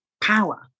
power